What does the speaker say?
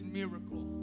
miracle